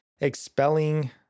expelling